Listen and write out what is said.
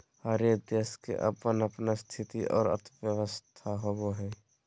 हरेक देश के अपन अपन स्थिति और अर्थव्यवस्था होवो हय